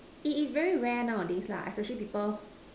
it is very rare nowadays lah especially people